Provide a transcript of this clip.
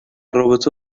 رابطه